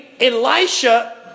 Elisha